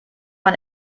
man